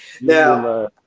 Now